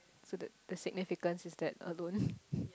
so the the significant is that alone